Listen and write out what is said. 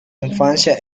infancia